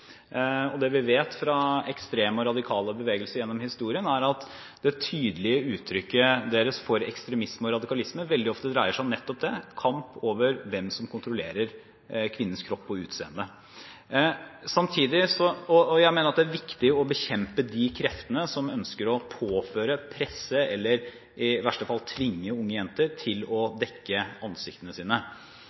Det vi vet fra ekstreme og radikale bevegelser gjennom historien, er at det tydelige uttrykket deres for ekstremisme og radikalisme veldig ofte dreier seg om nettopp det: kamp om hvem som kontrollerer kvinnens kropp og utseende. Jeg mener at det er viktig å bekjempe de kreftene som ønsker å presse eller i verste fall tvinge unge jenter til å dekke